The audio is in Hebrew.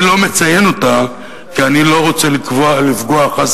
אני לא מציין אותה כי אני לא רוצה לפגוע חס